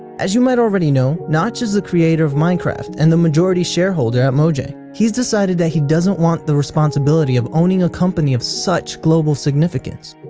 as you might already know, notch is the creator of minecraft and the majority shareholder at mojang. he's decided that he doesn't want the responsibility of owning a company of such global significance.